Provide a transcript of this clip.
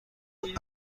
اولین